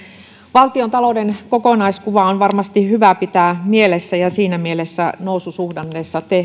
valtiontalouden kokonaiskuva on varmasti hyvä pitää mielessä ja siinä mielessä noususuhdanteessa